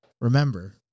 Remember